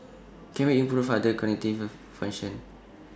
can we improve other cognitive functions